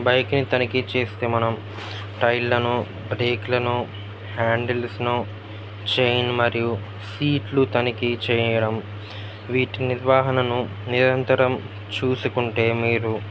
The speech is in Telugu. బైక్ని తనిఖీ చేస్తే మనం టైళ్ళను బ్రేక్లను హ్యాండిల్స్ను చేన్ మరియు సీట్లు తనిఖీ చేయడం వీటి నిర్వహణను నిరంతరం చూసుకుంటే మీరు